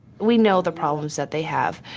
we know the problems that they have,